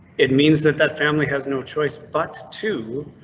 it means that that family has no choice but to.